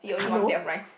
like hello